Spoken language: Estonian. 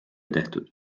tehtud